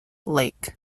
lake